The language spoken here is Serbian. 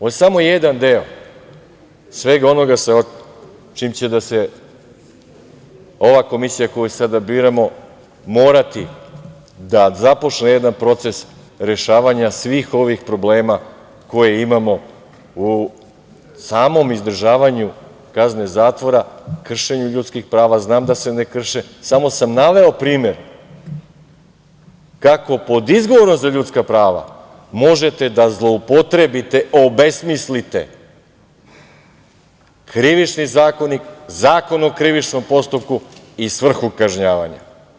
Ovo je samo jedan deo svega onoga sa čim će ova Komisija koju sada biramo morati da započne jedan proces rešavanja svih ovih problema koje imamo u samom izdržavanju kazne zatvora, kršenju ljudskih prava, znam da se ne krše, samo sam naveo primer kako pod izgovorom za ljudska prava možete da zloupotrebite, obesmislite Krivični zakonik, Zakon o krivičnom postupku i svrhu kažnjavanja.